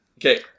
Okay